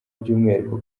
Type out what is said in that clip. by’umwihariko